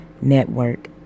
Network